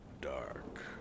dark